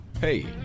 Hey